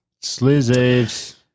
Slaves